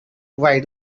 why